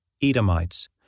Edomites